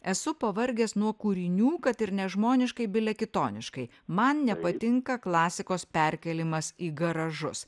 esu pavargęs nuo kūrinių kad ir nežmoniškai bile kitoniškai man nepatinka klasikos perkėlimas į garažus